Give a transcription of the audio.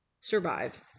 survive